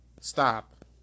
Stop